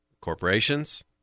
Corporations